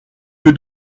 que